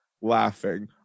laughing